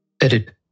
Edit